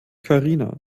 karina